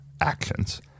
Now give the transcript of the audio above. actions